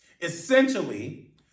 Essentially